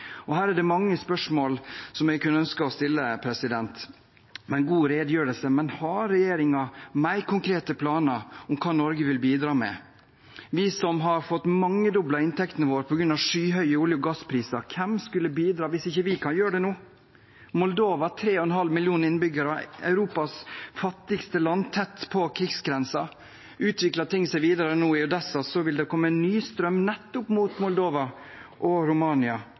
Her er det mange spørsmål som en kunne ønske å stille. Det var en god redegjørelse, men har regjeringen mer konkrete planer om hva Norge vil bidra med, vi som har fått mangedoblet inntektene våre på grunn av skyhøye olje- og gasspriser? Hvem skulle bidra hvis ikke vi kan gjøre det nå? Moldova – 3,5 millioner innbyggere, Europas fattigste land, er tett på krigsgrensen. Utvikler ting seg videre nå i Odesa, vil det komme en ny strøm nettopp mot Moldova og Romania